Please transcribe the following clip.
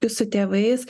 su tėvais